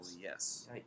yes